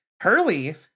hurley